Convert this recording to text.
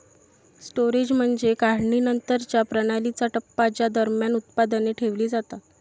storage म्हणजे काढणीनंतरच्या प्रणालीचा टप्पा ज्या दरम्यान उत्पादने ठेवली जातात